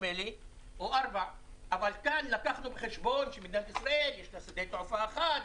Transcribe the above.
אבל כאן לקחנו בחשבון שמדינת ישראל יש לה שדה תעופה אחד,